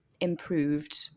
improved